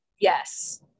Yes